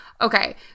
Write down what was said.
okay